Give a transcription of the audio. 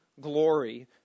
glory